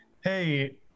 hey